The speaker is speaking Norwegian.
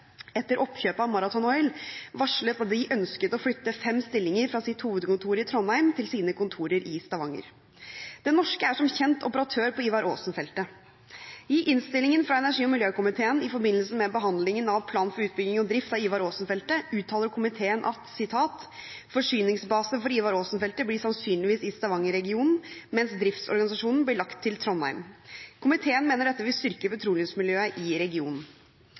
etter oppkjøpet av Marathon Oil, varslet at de ønsket å flytte fem stillinger fra sitt hovedkontor i Trondheim til sine kontorer i Stavanger. Det norske er som kjent operatør på Ivar Aasen-feltet. I innstillingen fra energi- og miljøkomiteen i forbindelse med behandlingen av plan for utbygging og drift av Ivar Aasen-feltet, uttaler komiteen: «Forsyningsbase for Ivar Aasen-feltet blir sannsynligvis i Stavanger-regionen, mens driftsorganisasjonen blir lagt til Trondheim. Komiteen mener dette vil styrke petroleumsmiljøet i regionen.»